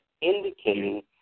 indicating